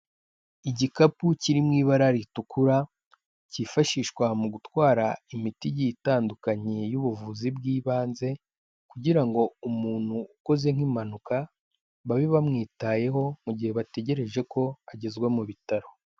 Igikapu kiri mu ibara ritukura kifashishwa mu gutwara imiti igiye itandukanye y'ubuvuzi bw'ibanze kugira ngo umuntu ukoze nk'impanuka babe bamwitayeho mu gihe bategereje ko agezwa mu bitaro.